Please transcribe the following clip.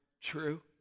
true